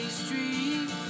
street